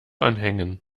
anhängen